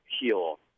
heal